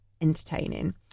entertaining